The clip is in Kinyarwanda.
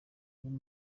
niyo